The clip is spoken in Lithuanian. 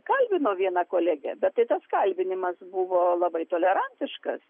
kalbino viena kolegė bet tai tas kalbinimas buvo labai tolerantiškas